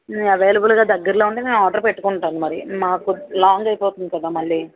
అవైలబుల్గా దగ్గరలో ఉంటే నేను ఆర్డర్ పెట్టుకుంటాను మరి మాకు లాంగ్ అయిపోతుంది కదా మళ్ళీ